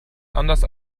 anders